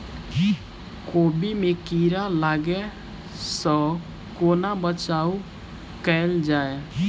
कोबी मे कीड़ा लागै सअ कोना बचाऊ कैल जाएँ?